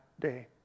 day